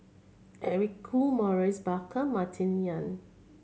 Eric Khoo Maurice Baker Martin Yan